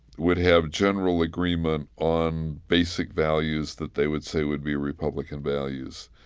would have general agreement on basic values that they would say would be republican values